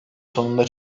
sonunda